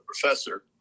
professor